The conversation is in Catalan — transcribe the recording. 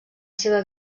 seva